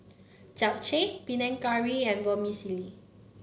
Japchae Panang Curry and Vermicelli